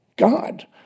God